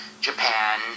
Japan